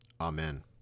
Amen